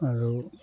আৰু